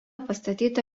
pastatyta